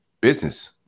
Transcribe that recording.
business